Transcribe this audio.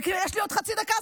במקרה יש לי עוד חצי דקה,